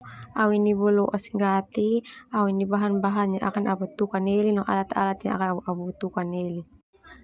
Au ini baloas nggati au ini bahan bahan yang akan au butuhkan no alat-alat yang akan au butuhkan nai na.